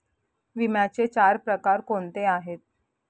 विम्याचे चार प्रकार कोणते आहेत?